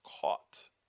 caught